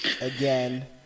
again